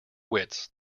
wits